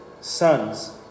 sons